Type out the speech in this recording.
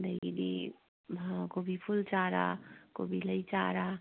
ꯑꯗꯒꯤꯗꯤ ꯀꯣꯕꯤ ꯐꯨꯜ ꯆꯥꯔ ꯀꯣꯕꯤ ꯂꯩ ꯆꯥꯔ